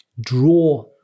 draw